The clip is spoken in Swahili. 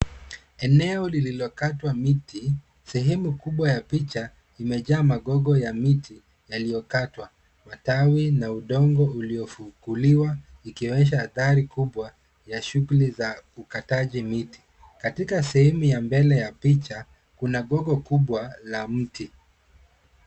Eneo lililo katwa miti, sehemu kubwa ya picha imejaa magogo makubwa ya miti yaliyokatwa. Matawi na udongo ulio fukuliwa ikionyesha athari kubwa ya shughuli za ukataji miti. Katika sehemu ya mbele ya picha kuna gogo kubwa la mti.